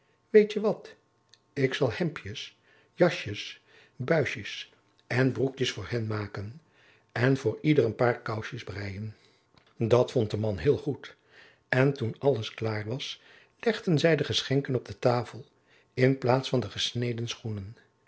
weet je wat ik zal hemdjes jasjes buisjes en broekjes voor hen maken en voor ieder een paar kousjes breien dat vond de man heel goed en toen alles klaar was legden zij de geschenken op de tafel in plaats van de gesneden schoenen